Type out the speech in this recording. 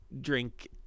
drink